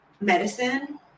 medicine